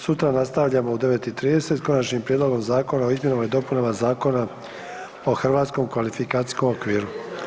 Sutra nastavljamo u 9,30 s Konačnim prijedlogom zakona o izmjenama i dopunama Zakona o hrvatskom kvalifikacijskom okviru.